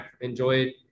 enjoyed